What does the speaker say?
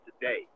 today